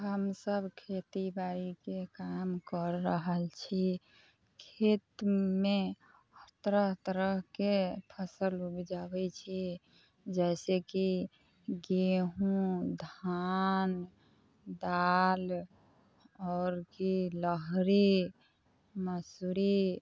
हमसब खेती बारीके काम कर रहल छी खेतमे तरह तरहके फसल उपजाबै छी जैसेकि गेहूँ धान दालि आओर की लहरी मसूरी